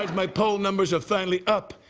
my poll numbers are finally up.